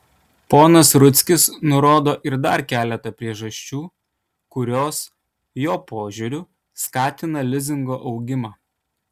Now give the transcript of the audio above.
ponas rudzkis nurodo ir dar keletą priežasčių kurios jo požiūriu skatina lizingo augimą